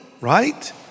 right